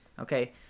okay